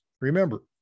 Remember